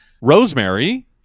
Rosemary